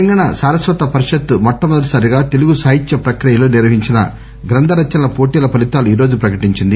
తెలంగాణ సారస్వత పరిషత్తు మొట్టమొదటిసారిగా తెలుగు సాహిత్చ ప్రక్రియల్లో నిర్వహించిన గ్రంథ రచనల పోటీల ఫలీతాలు ఈరోజు ప్రకటించింది